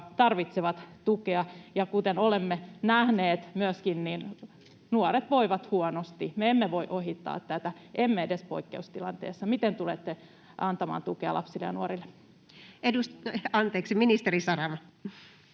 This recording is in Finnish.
tarvitsevat tukea. Ja kuten olemme nähneet myöskin, nuoret voivat huonosti. Me emme voi ohittaa tätä, emme edes poikkeustilanteessa. Miten tulette antamaan tukea lapsille ja nuorille? [Speech 29] Speaker: